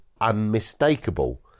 unmistakable